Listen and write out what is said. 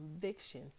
conviction